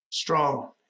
strong